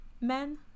men